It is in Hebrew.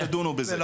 ואמרתם שתדונו בזה.